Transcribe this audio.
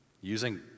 using